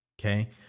Okay